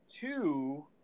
two